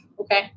Okay